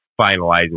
finalizing